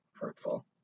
hurtful